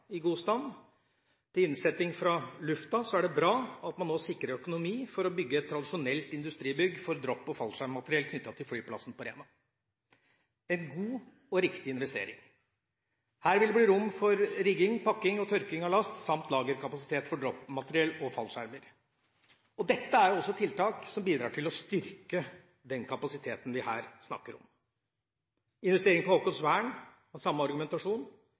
god stand til innsetting fra luften er det bra at man nå sikrer økonomi for å bygge et tradisjonelt industribygg for dropp- og fallskjermmateriell knyttet til flyplassen på Rena – en god og riktig investering. Her vil det bli rom for rigging, pakking og tørking av last, samt lagerkapasitet for droppmateriell og fallskjermer. Dette er også tiltak som bidrar til å styrke den kapasiteten vi snakker om. Investeringen på Haakonsvern har samme argumentasjon